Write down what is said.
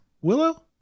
Willow